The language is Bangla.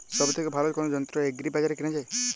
সব থেকে ভালো কোনো যন্ত্র এগ্রি বাজারে কেনা যায়?